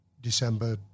December